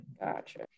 gotcha